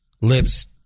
Lips